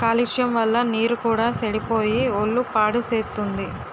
కాలుష్యం వల్ల నీరు కూడా సెడిపోయి ఒళ్ళు పాడుసేత్తుంది